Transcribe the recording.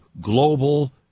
global